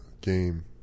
game